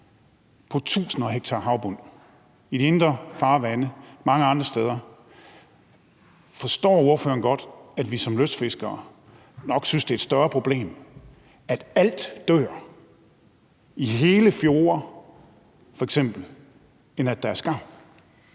på tusinder af hektar havbund i de indre farvande og mange andre steder. Forstår ordføreren godt, at vi som lystfiskere nok synes, det er et større problem, at alt dør i hele fjorde f.eks., end at der er skarver?